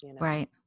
right